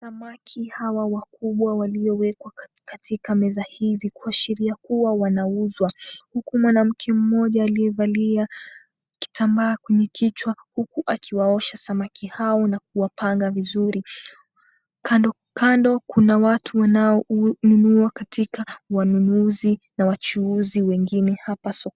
Samaki hawa wakubwa waliowekwa katika meza hizi kuashiria kuwa wanauzwa, huku mwanamke mmoja aliyevalia kitambaa kwenye kichwa huku akiwaosha samaki hao na kupanga vizuri. Kando kando kuna watu wanaonunua katika wanunuzi na wachuuzi wengine hapa sokoni.